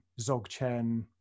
Zogchen